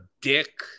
dick